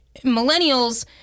millennials